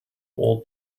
old